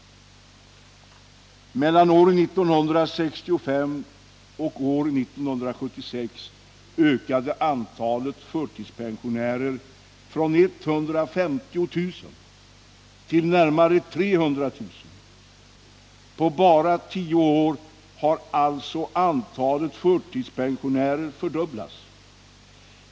”Mellan år 1965 och år 1976 ökade antalet förtidspensionärer från 150 000 till närmare 300 000. På bara tio år har alltså antalet förtidspensionärer fördubblats.